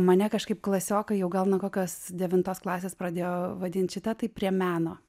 mane kažkaip klasiokai jau gal nuo kokios devintos klasės pradėjo vadint šita tai prie meno